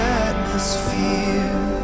atmosphere